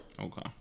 Okay